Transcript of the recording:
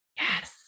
Yes